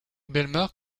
bellemare